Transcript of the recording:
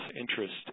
interest